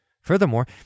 Furthermore